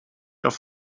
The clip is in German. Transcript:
auf